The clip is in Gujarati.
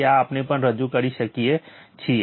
તેથી આ આપણે પણ રજૂ કરી શકીએ છીએ